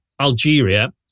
Algeria